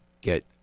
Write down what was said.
get